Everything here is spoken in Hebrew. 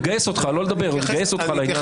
לגייס אותך, לא לדבר, לגייס אותך לעניין.